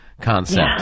concept